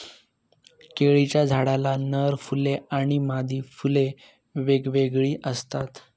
केळीच्या झाडाला नर फुले आणि मादी फुले वेगवेगळी असतात